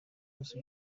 wose